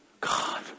God